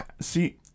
see